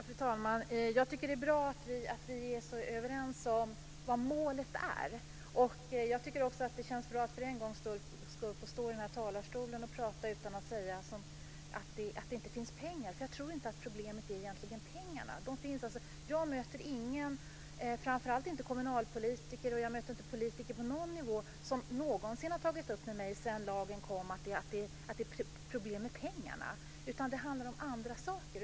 Fru talman! Jag tycker att det är bra att vi är så överens om vad målet är. Jag tycker också att det känns bra att för en gångs skull få stå i den här talarstolen och prata utan att säga att det inte finns pengar. Jag tror inte att problemet egentligen är pengarna. Jag har inte mött någon, framför allt inte kommunalpolitiker men inte heller politiker på andra nivåer, som sedan lagen kom har tagit upp med mig att det är problem med pengarna. Det handlar om andra saker.